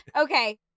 Okay